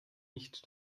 nicht